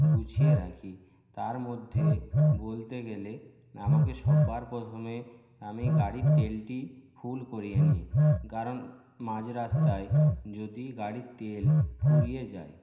গুছিয়ে রাখি তার মধ্যে বলতে গেলে আমাকে সবার প্রথমে আমি গাড়ির তেলটি ফুল করিয়ে নিই কারণ মাঝরাস্তায় যদি গাড়ির তেল ফুরিয়ে যায়